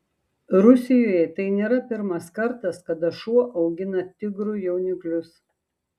rusijoje tai nėra pirmas kartas kada šuo augina tigrų jauniklius